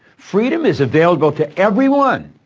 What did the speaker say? freedom is available to everyone.